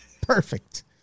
Perfect